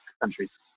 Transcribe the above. countries